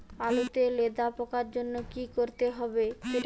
আলুতে লেদা পোকার জন্য কি করতে হবে?